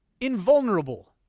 invulnerable